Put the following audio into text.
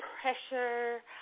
pressure